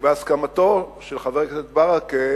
ובהסכמתו של חבר הכנסת ברכה